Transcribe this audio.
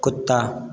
कुत्ता